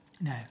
No